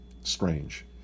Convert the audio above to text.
strange